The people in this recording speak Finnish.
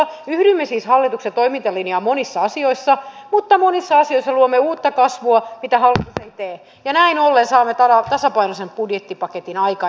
yhdymme siis hallituksen toimintalinjaan monissa asioissa mutta monissa asioissa luomme uutta kasvua mitä hallitus ei tee ja näin ollen saamme tasapainoisen budjettipaketin aikaan